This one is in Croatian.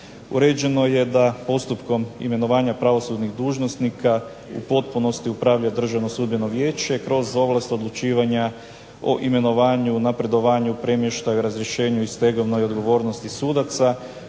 Uređeno je da postupkom imenovanja pravosudnih dužnosnika u potpunosti upravlja Državno sudbeno vijeće kroz ovlast odlučivanja o imenovanja, napredovanju, premještaju, razrješenju i stegovnoj odgovornosti sudaca